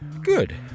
Good